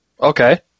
Okay